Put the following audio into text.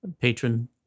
patron